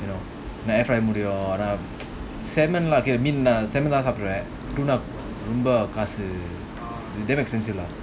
you know air fry salmon சாப்பிடுவேன்:sapduven damn expensive lah